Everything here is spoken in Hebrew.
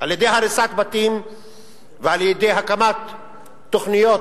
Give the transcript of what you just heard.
על-ידי הריסת בתים ועל-ידי הקמת תוכניות.